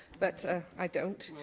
but i don't.